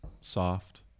soft